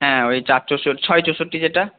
হ্যাঁ ওই চার ছয় চৌষট্টি যেটা